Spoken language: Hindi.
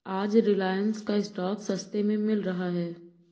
आज रिलायंस का स्टॉक सस्ते में मिल रहा है